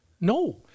No